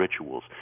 rituals